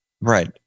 Right